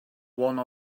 one